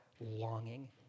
longing